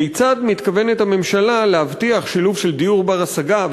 כיצד מתכוונת הממשלה להבטיח שילוב של דיור בר-השגה,